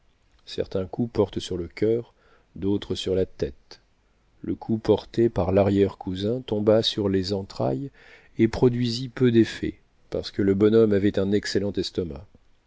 certains coups portent sur le coeur d'autres sur la tête le coup porté par larrière cousin tomba sur les entrailles et produisit peu d'effet parce que le bonhomme avait un excellent estomac